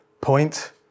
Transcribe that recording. point